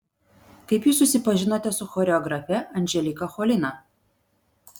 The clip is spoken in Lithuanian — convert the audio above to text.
kaip jūs susipažinote su choreografe anželika cholina